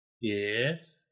Yes